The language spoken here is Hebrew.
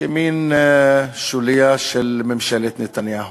כמין שוליה של ממשלת נתניהו.